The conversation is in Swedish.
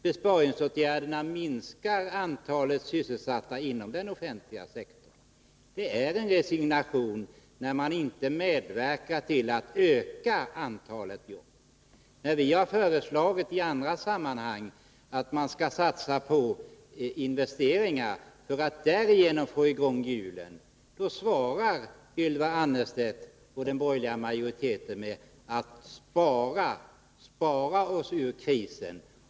Besparingsåtgärderna minskar antalet sysselsatta inom den offentliga sektorn. Det är en resignation, när man inte medverkar till att öka antalet jobb. När vi i andra sammanhang har föreslagit att man skall satsa på investeringar för att därigenom få i gång hjulen, svarar Ylva Annerstedt och den borgerliga majoriteten att vi skall spara oss ur krisen.